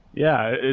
yeah,